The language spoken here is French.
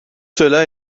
cela